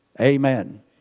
Amen